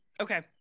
Okay